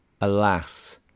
alas